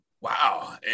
Wow